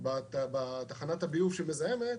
בתחנת הביוב שמזהמת,